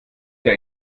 der